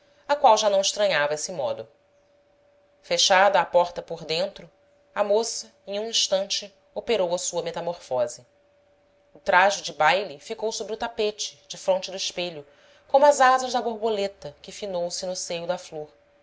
a qual já não estranhava esse modo fechada a porta por dentro a moça em um instante operou a sua metamorfose o trajo de baile ficou sobre o tapete defronte do espelho como as asas da borboleta que finou se no seio da flor